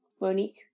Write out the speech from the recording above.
Monique